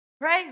Praise